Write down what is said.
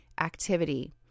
activity